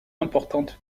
importantes